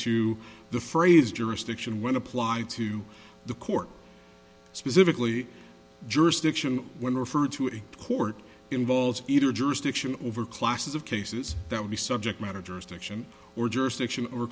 to the phrase jurisdiction when applied to the court specifically jurisdiction when referred to a court involves either jurisdiction over classes of cases that would be subject matter jurisdiction or jurisdiction or